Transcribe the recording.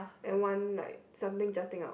and one like something jutting out